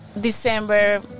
December